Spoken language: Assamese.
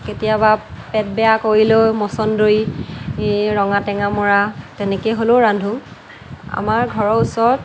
কেতিয়াবা পেট বেয়া কৰিলেও মচন্দৰি এই ৰঙা টেঙামৰা তেনেকৈ হ'লেও ৰান্ধোঁ আমাৰ ঘৰৰ ওচৰত